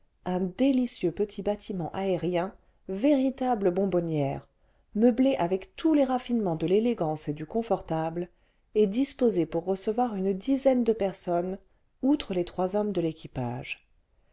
un délicieux petit bâtiment aérien véritable bonbonnière meublé avec tous les raffinements de l'élégance et du confortable et disposé pour recevoir une dizaine de personnes outre les trois hommes de l'équipage